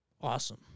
awesome